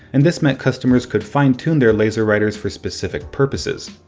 and this meant customers could fine tune their laserwriters for specific purposes.